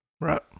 right